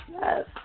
Yes